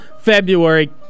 February